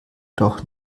doch